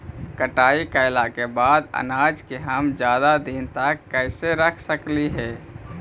कटाई कैला के बाद अनाज के हम ज्यादा दिन तक कैसे रख सकली हे?